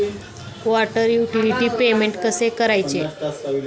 Water utility payment कसे करायचे?